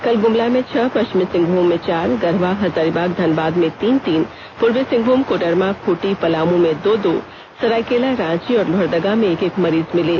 कल गुमला में छह पष्चिमी सिंहभूम में चार गढ़वा हजारीबाग धनबाद में तीन तीन पूर्वी सिंहभूम कोडरमा खूंटी पलामू में दो दो सरायकेला रांची और लोहरदगा में एक एक मरीज मिले